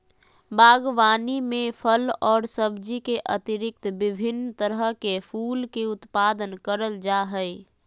बागवानी में फल और सब्जी के अतिरिक्त विभिन्न तरह के फूल के उत्पादन करल जा हइ